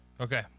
okay